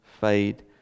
fade